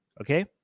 okay